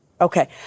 Okay